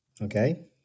Okay